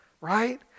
right